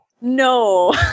No